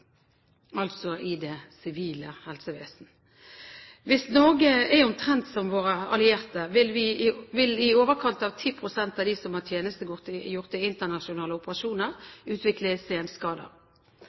i det sivile helsevesenet. Hvis Norge er omtrent som våre allierte, vil i overkant av 10 pst. av dem som har tjenestegjort i internasjonale operasjoner,